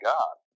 God